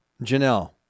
Janelle